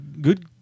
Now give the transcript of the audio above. Good